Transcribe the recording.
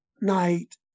night